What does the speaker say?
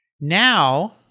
Now